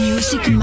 Music